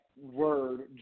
word